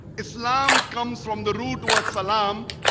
islam comes from the root word salam,